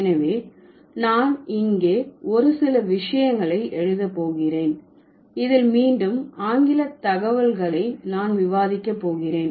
எனவே நான் இங்கே ஒரு சில விஷயங்களை எழுத போகிறேன் இதில் மீண்டும் ஆங்கில தகவல்களை நான் விவாதிக்க போகிறேன்